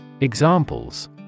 Examples